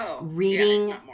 reading